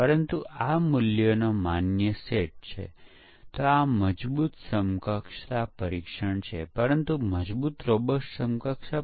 ચાલો આપણે અહીં જોઈએ અહી યુનિફાઇડ પ્રક્રિયાના જુદા જુદા પ્રયત્નો જરૂરી છે